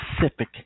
specific